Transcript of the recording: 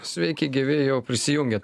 sveiki gyvi jau prisijungėt